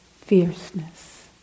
fierceness